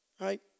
right